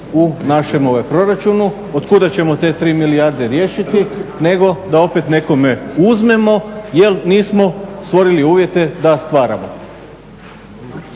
u našem proračunu. Od kuda ćemo te 3 milijarde riješiti nego da opet nekome uzmemo jer nismo stvorili uvjete da stvaramo.